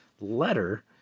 letter